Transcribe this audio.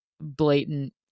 blatant